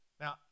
Now